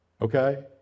Okay